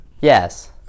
Yes